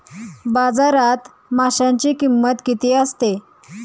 बाजारात माशांची किंमत किती असते?